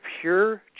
pure